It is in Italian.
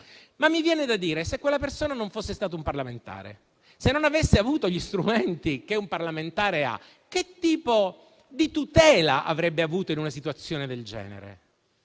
Mi viene da dire: se quella persona non fosse stata un parlamentare? Se non avesse avuto gli strumenti che ha un parlamentare, che tipo di tutela avrebbe avuto in una situazione del genere?